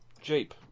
Jeep